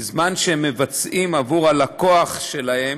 בזמן שהם מבצעים עבור הלקוח שלהם